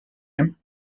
him